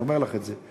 אני אומר לך את זה,